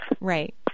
Right